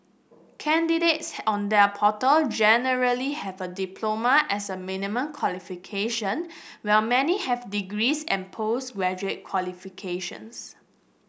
candidates on their portal generally have a diploma as a minimum qualification while many have degrees and post graduate qualifications